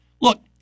Look